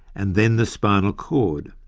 and then the spinal cord.